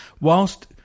whilst